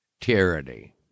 tyranny